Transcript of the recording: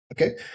Okay